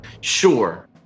Sure